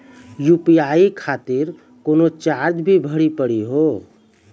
UPI खातिर कोनो charge भी भरी पड़ी हो?